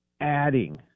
adding